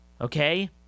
Okay